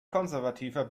konservativer